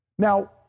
Now